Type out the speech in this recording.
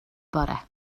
bore